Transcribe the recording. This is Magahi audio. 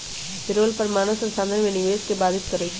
पेरोल कर मानव संसाधन में निवेश के बाधित करइ छै